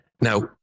Now